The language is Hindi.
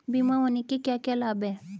बीमा होने के क्या क्या लाभ हैं?